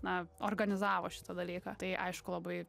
na organizavo šitą dalyką tai aišku labai